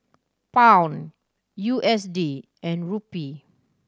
Pound U S D and Rupee